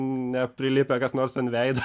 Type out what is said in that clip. neprilipę kas nors ant veido